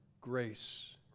grace